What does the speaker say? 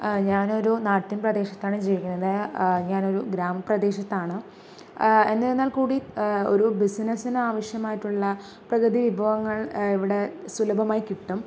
ഞാനൊരു നാട്ടിൻ പ്രദേശത്താണ് ജീവിക്കുന്നത് ഞാനൊരു ഗ്രാമ പ്രദേശത്താണ് എന്നിരുന്നാൽക്കൂടി ഒരു ബിസിനെസ്സിന് ആവശ്യമായിട്ടുള്ള പ്രകൃതി വിഭവങ്ങൾ ഇവിടെ സുലഭമായി കിട്ടും